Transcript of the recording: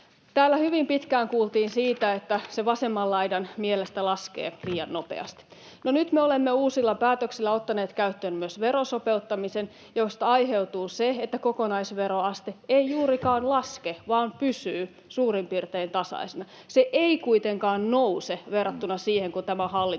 täällä hyvin pitkään kuultiin siitä, että se vasemman laidan mielestä laskee liian nopeasti. Nyt me olemme uusilla päätöksillä ottaneet käyttöön myös verosopeuttamisen, josta aiheutuu se, että kokonaisveroaste ei juurikaan laske vaan pysyy suurin piirtein tasaisena. Se ei kuitenkaan nouse verrattuna siihen, kun tämä hallitus on